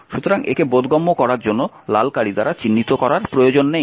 সুতরাং একে বোধগম্য করার জন্য লাল কালি দ্বারা চিহ্নিত করা প্রয়োজন নেই